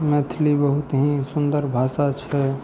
मैथिली बहुत ही सुन्दर भाषा छै